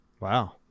Wow